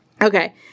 okay